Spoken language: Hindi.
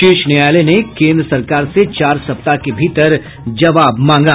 शीर्ष न्यायालय ने केन्द्र सरकार से चार सप्ताह के भीतर जवाब मांगा